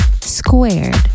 Squared